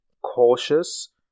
cautious